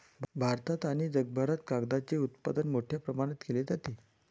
भारतात आणि जगभरात कागदाचे उत्पादन मोठ्या प्रमाणावर केले जाते